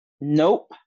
Nope